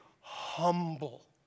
humble